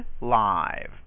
Live